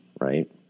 right